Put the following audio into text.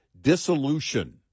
dissolution